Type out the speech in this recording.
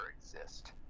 exist